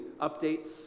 updates